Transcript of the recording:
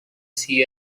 see